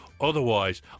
Otherwise